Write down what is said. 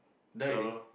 diary